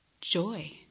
joy